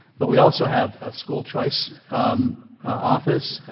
but we also have a school choice office.